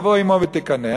אומרים: תבוא אמו ותקנח,